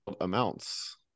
amounts